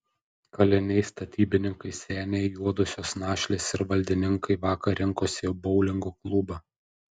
kaliniai statybininkai seniai juodosios našlės ir valdininkai vakar rinkosi į boulingo klubą